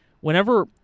whenever